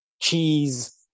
Cheese